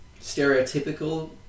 stereotypical